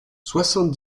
soixante